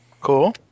Cool